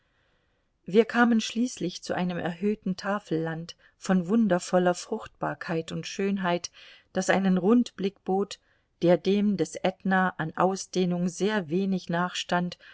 wir kamen schließlich zu einem erhöhten tafelland von wundervoller fruchtbarkeit und schönheit das einen rundblick bot der dem des ätna an ausdehnung sehr wenig nachstand